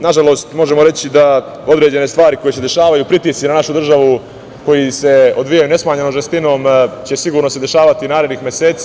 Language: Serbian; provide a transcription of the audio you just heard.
Nažalost, možemo reći da određene stvari koje se dešavaju, pritisci na našu državu koji se odvijaju nesmanjenom žestinom će se sigurno dešavati narednih meseci.